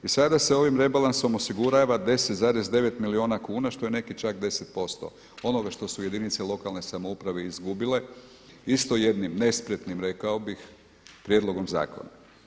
I sada se ovim rebalansom osigurava 10,9 milijuna kuna što je nekih čak 10% onoga što su jedinice lokalne samouprave izgubile, isto jednim nespretnim, rekao bih prijedlogom zakona.